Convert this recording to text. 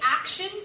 action